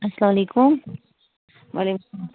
اسلام علیکُم وعلیکُم